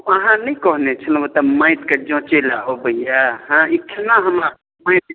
अहाँ नहि कहने छलहुॅं एतऽ माटिके जञ्चै लै अबैए हेँ ई केना हमरा माटिके